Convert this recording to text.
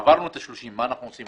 עברנו את ה-30- מה אנחנו עושים?